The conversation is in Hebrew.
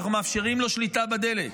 אנחנו מאפשרים לו שליטה בדלק.